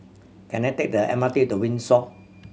can I take the M R T to Windsor